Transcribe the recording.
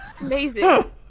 Amazing